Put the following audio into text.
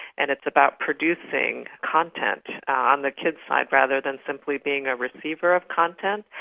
and it's about producing content on the kids' side rather than simply being a receiver of content.